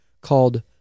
called